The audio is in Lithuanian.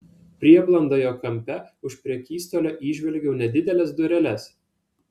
prieblandoje kampe už prekystalio įžvelgiau nedideles dureles